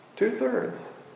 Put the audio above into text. Two-thirds